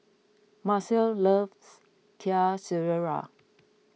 Macel loves Kuih Syara